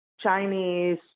Chinese